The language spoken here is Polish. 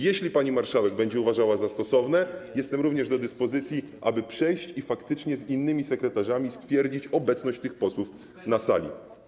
Jeśli pani marszałek będzie uważała za stosowne, jestem również do dyspozycji, aby przejść i z innymi sekretarzami stwierdzić obecność tych posłów na sali.